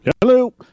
Hello